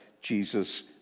Jesus